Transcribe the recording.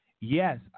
Yes